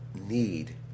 need